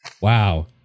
Wow